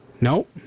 Nope